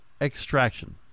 extraction